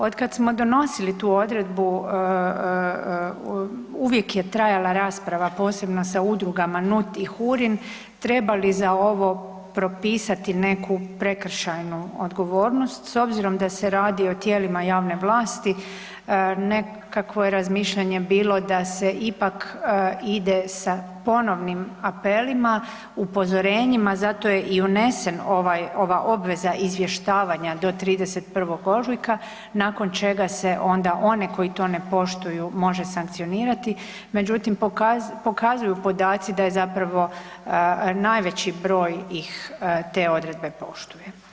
Otkad smo donosili tu odredbu, uvijek je trajala rasprava, posebno se udrugama ... trebali za ovo propisati neku prekršajnu odgovornost s obzirom da se radi o tijelima javne vlasti, nekakvo je razmišljanje bilo da se ipak ide sa ponovnim apelima, upozorenjima, zato je i unesen ova obveza izvještavanja do 31. ožujka, nakon čega se onda one koji to ne poštuju može sankcionirati, međutim pokazuju podaci da je zapravo najveći broj ih te odredbe poštuje.